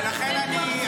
אגב,